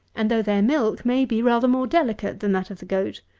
and though their milk may be rather more delicate than that of the goat,